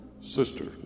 sister